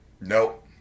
Nope